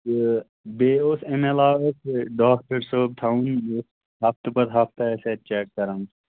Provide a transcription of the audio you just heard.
تہٕ بیٚیہِ اوس اَمہِ علاوٕ اَسہِ یہِ ڈاکٹَر صٲب تھاوُن یہِ ہفتہٕ پتہٕ ہفتہٕ آسہِ اَتہِ چیٚک کران